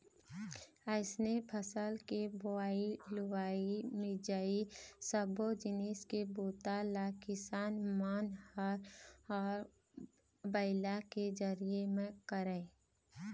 अइसने फसल के बोवई, लुवई, मिंजई सब्बो जिनिस के बूता ल किसान मन ह बइला के जरिए म करय